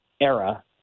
era